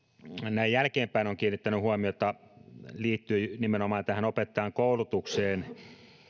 näin jälkeenpäin olen kiinnittänyt huomiota liittyy nimenomaan opettajankoulutukseen